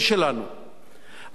על העיניים של הדור הבא,